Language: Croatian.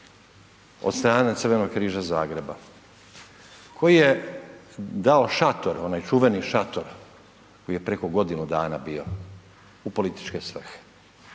od strane Crvenog križa Zagreba koji je dao šator, onaj čuvani šator koji je preko godinu dana bio u političke svrhe.